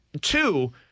Two